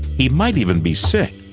he might even be sick,